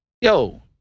yo